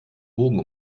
bogen